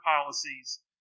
policies